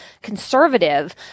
conservative